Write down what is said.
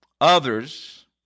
Others